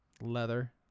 leather